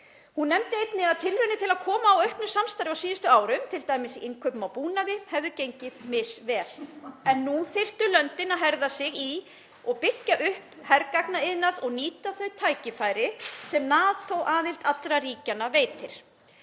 Hún nefndi einnig að tilraunir til að koma á auknu samstarfi á síðustu árum, t.d. í innkaupum á búnaði, hefðu gengið misvel en nú þyrftu löndin að herða sig og byggja upp hergagnaiðnað og nýta þau tækifæri sem NATO-aðild allra ríkjanna veitir.